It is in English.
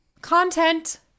Content